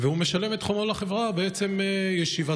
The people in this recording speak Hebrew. והוא משלם את חובו לחברה בעצם ישיבתו,